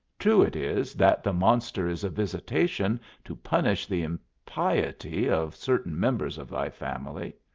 true it is that the monster is a visitation to punish the impiety of certain members of thy family.